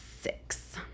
six